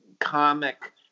comic